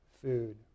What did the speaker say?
food